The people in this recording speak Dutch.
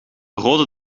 rode